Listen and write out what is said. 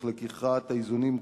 לקיחת איזונים,